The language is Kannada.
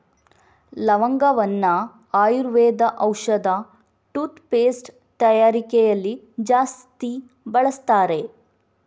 ಲವಂಗವನ್ನ ಆಯುರ್ವೇದ ಔಷಧ, ಟೂತ್ ಪೇಸ್ಟ್ ತಯಾರಿಕೆಯಲ್ಲಿ ಜಾಸ್ತಿ ಬಳಸ್ತಾರೆ